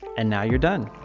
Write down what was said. and now you're done!